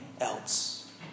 else